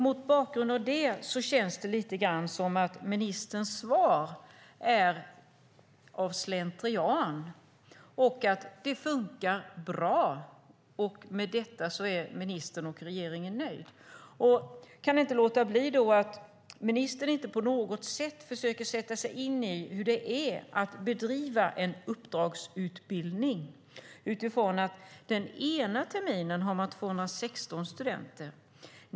Mot bakgrund av detta känns ministerns svar lite slentrianmässigt. Det funkar bra, och med detta är ministern och regeringen nöjd. Jag kan då inte låta bli att säga att ministern inte på något sätt försöker sätta sig in i hur det är att bedriva en uppdragsutbildning där antalet studenter varierar. Den ena terminen har man 216 studenter.